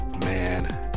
man